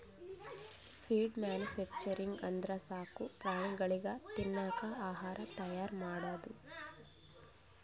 feed manufacturing ಅಂದ್ರ ಸಾಕು ಪ್ರಾಣಿಗಳಿಗ್ ತಿನ್ನಕ್ ಆಹಾರ್ ತೈಯಾರ್ ಮಾಡದು